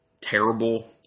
terrible